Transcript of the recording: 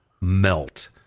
melt